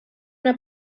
una